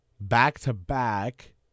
back-to-back